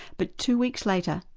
but two weeks later,